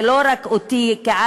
ולא רק אני כעאידה,